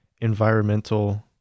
environmental